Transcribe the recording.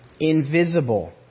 invisible